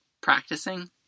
practicing